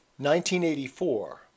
1984